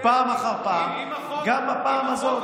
פעם אחר פעם, גם בפעם הזאת.